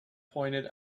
pointed